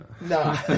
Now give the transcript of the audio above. No